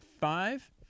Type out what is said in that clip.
five